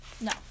No